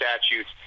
statutes